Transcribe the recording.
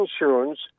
insurance